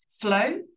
flow